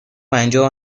پنجاه